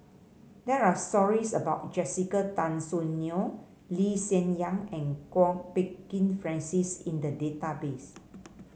there are stories about Jessica Tan Soon Neo Lee Hsien Yang and Kwok Peng Kin Francis in the database